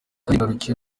ngarukiye